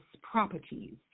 properties